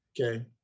okay